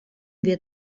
wir